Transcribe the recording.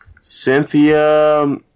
Cynthia